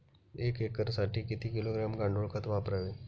एक एकरसाठी किती किलोग्रॅम गांडूळ खत वापरावे?